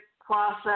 process